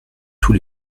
tous